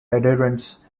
adherents